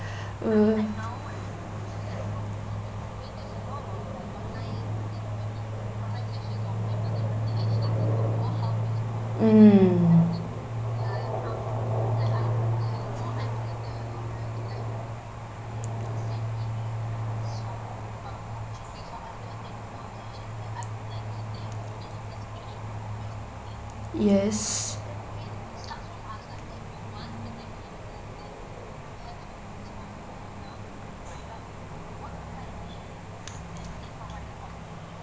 uh mm yes